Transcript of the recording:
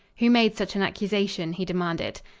who made such an accusation? he demanded.